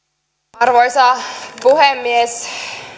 arvoisa puhemies